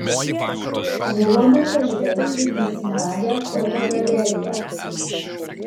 siūlome pažvelgti į smagią fotogaleriją